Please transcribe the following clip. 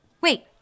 Wait